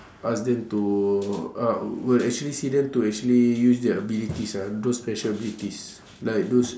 ask them to uh will actually see them to actually use their abilities ah those special abilities like those